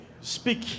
Speak